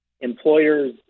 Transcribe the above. employers